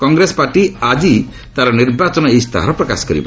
Congress party ଆଜି ତା'ର ନିର୍ବାଚନ ଇସ୍ତାହାର ପ୍ରକାଶ କରିବ